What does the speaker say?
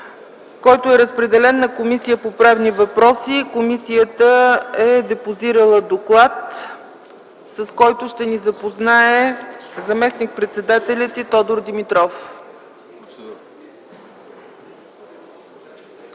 е разпределен на Комисията по правни въпроси. Комисията е депозирала доклад, с който ще ни запознае заместник-председателят й Тодор Димитров.